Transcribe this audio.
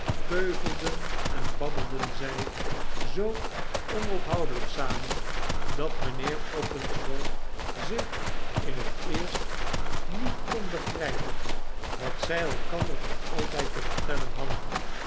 keuvelden en babbelden zij zoo onophoudelijk samen dat mijnheer openshaw zich in t eerst niet kon begrijpen wat zij elkander toch altijd te vertellen hadden